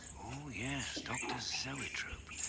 oh yes, dr. so zoetrope.